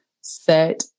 set